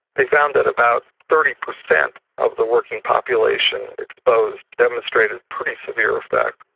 they found that about thirty percent of the working population exposed demonstrated pretty severe effects.